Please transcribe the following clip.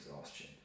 exhaustion